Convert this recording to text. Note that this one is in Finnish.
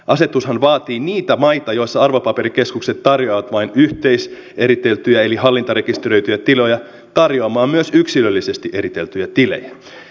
asetushan vaatii niitä maita joissa arvopaperikeskukset tarjoavat vain yhteiseriteltyjä eli hallintarekisteröityjä tilejä tarjoamaan myös yksilöllisesti eriteltyjä tilejä